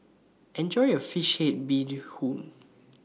Enjoy your Fish Head Bee Hoon